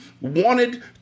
wanted